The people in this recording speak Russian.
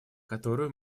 которую